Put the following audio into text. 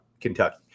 Kentucky